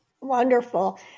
Wonderful